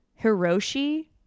Hiroshi